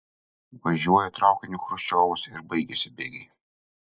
važiuoja traukiniu chruščiovas ir baigiasi bėgiai